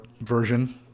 version